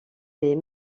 des